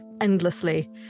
endlessly